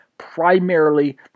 primarily